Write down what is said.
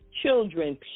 children